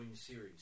series